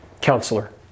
Counselor